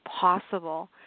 possible